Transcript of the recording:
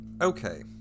Okay